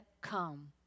come